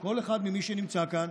כל אחד ממי שנמצאים כאן,